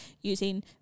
using